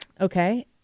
Okay